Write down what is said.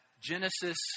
Genesis